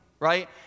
right